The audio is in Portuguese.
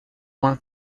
uma